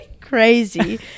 crazy